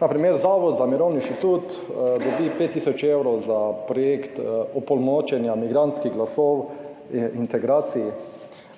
Na primer Zavod za mirovni inštitut dobi 5 tisoč evrov za projekt opolnomočenja migrantskih glasov, integracij.